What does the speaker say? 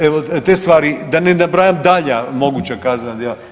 Evo, te stvari, da ne nabrajam dalja moguća kaznena djela.